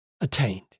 attained